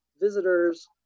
visitors